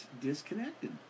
disconnected